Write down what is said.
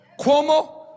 Cuomo